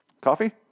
coffee